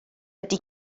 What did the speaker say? wedi